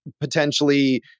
potentially